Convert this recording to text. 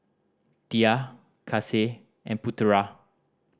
Dhia Kasih and Putera